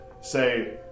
say